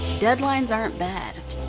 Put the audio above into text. deadlines aren't bad.